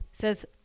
Says